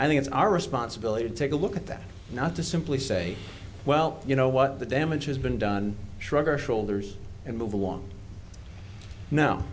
i think it's our responsibility to take a look at that not to simply say well you know what the damage has been done shrug our shoulders and move along no